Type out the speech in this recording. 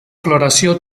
floració